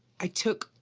i took,